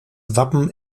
wappen